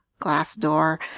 Glassdoor